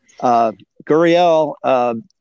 Guriel